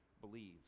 believe